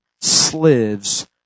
slaves